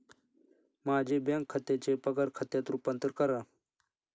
माझे बँक खात्याचे पगार खात्यात रूपांतर करा